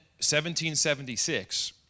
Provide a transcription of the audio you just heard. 1776